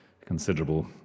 considerable